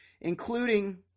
including